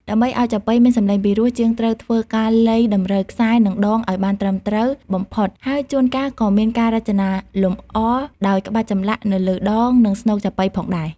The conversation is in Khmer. ដើម្បីឱ្យចាប៉ីមានសម្លេងពីរោះ ជាងត្រូវធ្វើការលៃតម្រូវខ្សែ និងដងឱ្យបានត្រឹមត្រូវបំផុត ហើយជួនកាលក៏មានការរចនាលម្អដោយក្បាច់ចម្លាក់នៅលើដង និងស្នូកចាប៉ីផងដែរ។